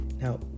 Now